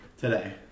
Today